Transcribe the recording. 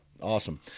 Awesome